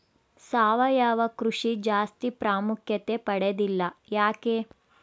ಸಾವಯವ ಕೃಷಿ ಜಾಸ್ತಿ ಪ್ರಾಮುಖ್ಯತೆ ಪಡೆದಿಲ್ಲ ಯಾಕೆ?